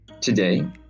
today